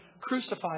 crucified